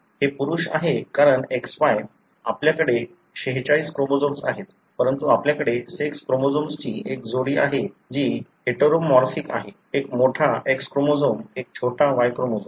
हे पुरुष आहे कारण XY आपल्याकडे 46 क्रोमोझोम्स आहेत परंतु आपल्याकडे सेक्स क्रोमोझोम्सची एक जोडी आहे जी हेटेरोमॉर्फिक आहे एक मोठा X क्रोमोझोम एक छोटा Y क्रोमोझोम